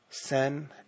Sin